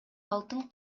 алтын